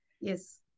Yes